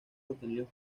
obtenidos